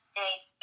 date